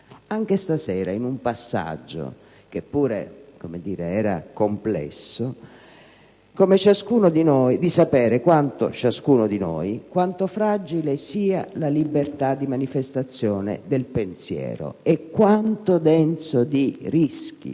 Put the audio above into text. anche stasera in un passaggio, che pure era complesso, di sapere, come ciascuno di noi, quanto fragile sia la libertà di manifestazione del pensiero e quanto sia denso di rischi